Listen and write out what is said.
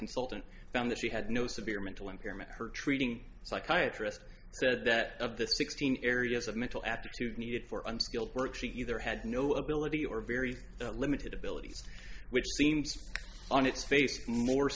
consultant found that she had no severe mental impairment her treating psychiatrist said that of the sixteen areas of mental attitude needed for unskilled work she either had no ability or very limited abilities which seems on its face more